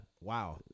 Wow